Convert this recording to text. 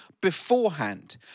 beforehand